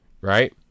right